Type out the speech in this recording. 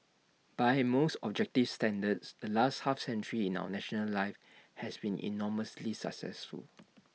by most objective standards the last half century in our national life has been enormously successful